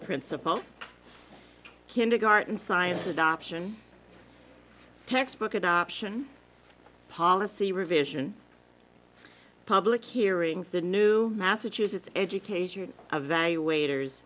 principal kindergarten science adoption textbook adoption policy revision public hearings the new massachusetts education a value waiters